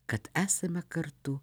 kad esame kartu